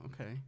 okay